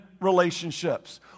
relationships